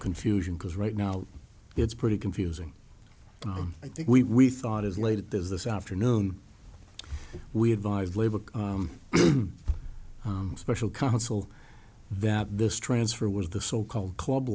confusion because right now it's pretty confusing but i think we we thought as late it does this afternoon we advised labor a special counsel that this transfer was the so called club